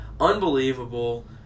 Unbelievable